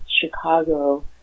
Chicago